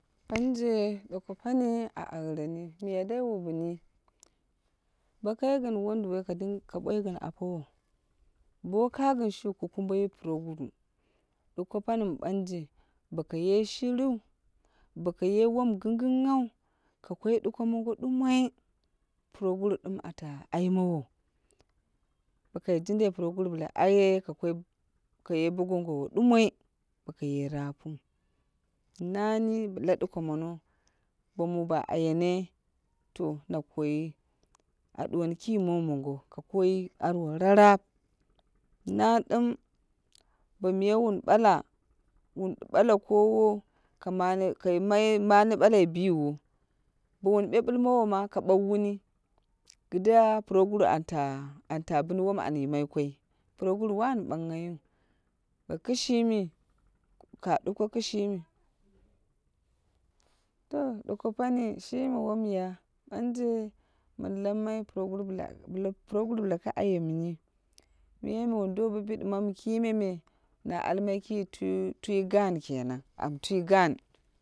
Banje duko pani a aureni miya dai wu bini. Bo kai gin wondiwoi ka ɓoi gin apowo. Bo ka gin shiu ku kumbe yi puroguru. Duko pani mi banje boko ye shiriu, boko ye wom gingginghau ka koi ɗuko mongo ɗumoi puroguru dim ate aimowo. Bo kai jindai puroguru bla ayeye ka ye bo gongowo ɗumoi boko ye appuw. Nani la duko mono bo mu ɓa ayene to na kayi a ɗuwoni ki mu mongo ka koyi arwo rarap. Na dim bo miya wun bala wu bala kowo ka mane balai biwo bo wun beɓɓle mowo ma ka ɓauwuni, kida proguru anta, anta bin wom an yimai koi. Puroguru wan ɓanghaiyu bo kishimi, ka duko kishimi. To duko pani shimi womya banje min lammai puroguru bla puroguru ka ayemmi miya me wun do bo bidimamu kime me na almai ki twi gan kenan am twi gan.